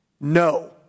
No